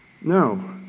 No